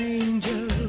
angel